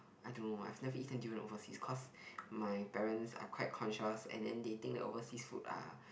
I don't know I have never eaten durian overseas cause my parents are quite conscious and then they think overseas food are